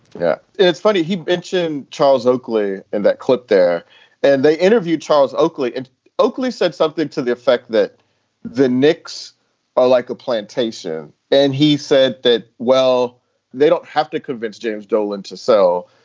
yeah. and it's funny, he mentioned charles oakley in that clip there and they interviewed charles oakley and oakley said something to the effect that the knicks are like a plantation. and he said that, well, they don't have to convince james dolan to sell.